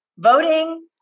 voting